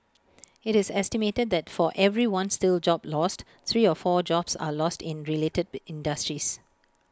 IT is estimated that for every one steel job lost three or four jobs are lost in related industries